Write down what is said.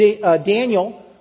Daniel